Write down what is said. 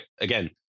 again